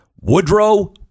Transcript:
Woodrow